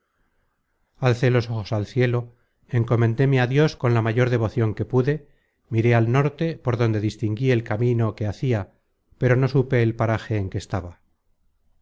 alcé los ojos al cielo encomendéme á dios con la mayor devocion que pude miré al norte por donde distinguí el camino que hacia pero no supe el paraje en que estaba